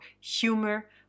humor